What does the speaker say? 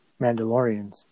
Mandalorians